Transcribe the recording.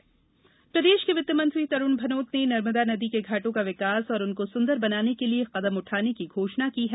नर्मदा विकास प्रदेश के वित्तमंत्री तरूण भनोत ने नर्मदा नदी के घाटों का विकास और उनको सुंदर बनाने के लिए कदम उठाने की घोषणा की है